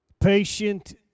patient